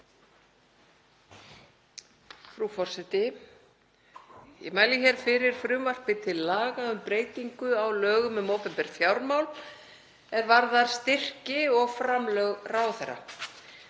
Ég mæli hér fyrir frumvarpi til laga um breytingu á lögum um opinber fjármál, er varðar styrki og framlög ráðherra.